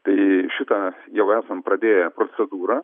tai šitą jau esam pradėję procedūrą